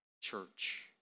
Church